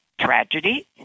tragedy